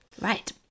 Right